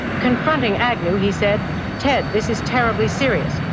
confronting agnew, he said ted, this is terribly serious,